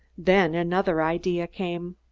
then another idea came.